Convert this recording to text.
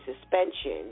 suspension